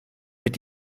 mit